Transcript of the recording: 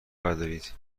بردارید